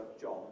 John